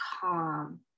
calm